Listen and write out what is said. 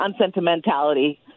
unsentimentality